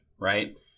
right